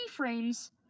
keyframes